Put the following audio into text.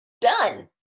done